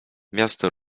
miasto